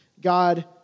God